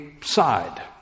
side